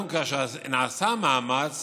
גם כאשר נעשה מאמץ